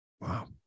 wow